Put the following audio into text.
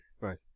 Right